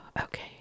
okay